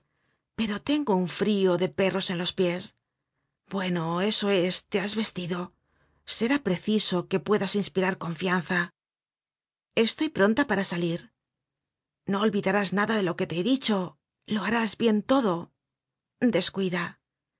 pero tengo un frio de perros en los pies bueno eso es te has vestido será preciso que puedas inspirar confianza estoy pronta para salir no olvidarás nada de lo que te he dicho lo harás bien todo descuida